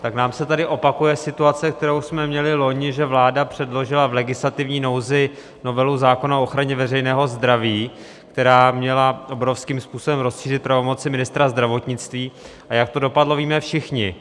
Tak se nám tady opakuje situace, kterou jsme měli loni, že vláda předložila v legislativní nouzi novelu o ochraně veřejného zdraví, která měla obrovským způsobem rozšířit pravomoce ministra zdravotnictví, a jak to dopadlo víme všichni.